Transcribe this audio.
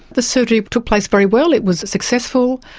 the surgery took place very well, it was successful,